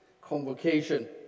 convocation